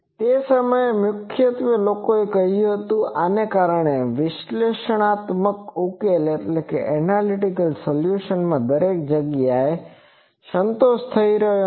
તે સમયે મુખ્યત્વે લોકોએ કહ્યું હતું કે આને કારણે વિશ્લેષણાત્મક ઉકેલમાં દરેક જગ્યાએ સંતોષ થઈ રહ્યો નથી